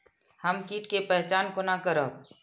हम कीट के पहचान कोना करब?